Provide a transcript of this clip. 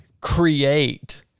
create